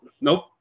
nope